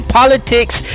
politics